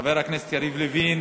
חבר הכנסת יריב לוין,